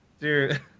dude